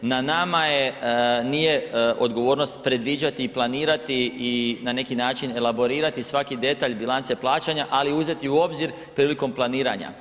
Na nama je, nije odgovornost predviđati i planirati i na neki način elaborirati svaki detalj bilance plaćanja, ali uzeti u obzir prilikom planiranja.